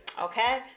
Okay